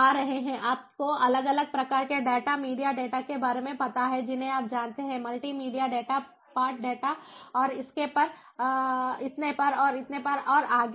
आ रहे हैं आपको अलग अलग प्रकार के डेटा मीडिया डेटा के बारे में पता है जिन्हें आप जानते हैं मल्टीमीडिया डेटा पाठ डेटा और इतने पर और इतने पर और आगे